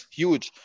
huge